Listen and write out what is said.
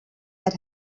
that